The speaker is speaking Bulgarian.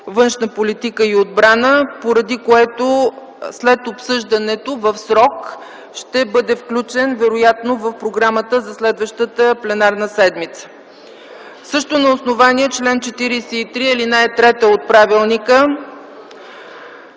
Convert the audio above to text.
външна политика и отбрана, поради което след обсъждането в срок ще бъде включен вероятно в програмата за следващата пленарна седмица. Също на основание чл. 43, ал. 3 от правилника